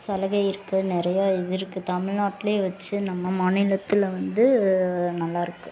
சலுகை இருக்குது நிறைய இது இருக்குது தமிழ்நாட்டில் வச்சு நம்ம மாநிலத்தில் வந்து நல்லா இருக்குது